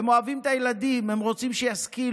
הן אוהבות את הילדים, הן רוצות שישכילו.